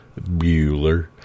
Bueller